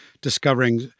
discovering